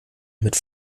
mit